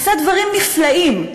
עשה דברים נפלאים: